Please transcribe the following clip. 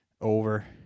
Over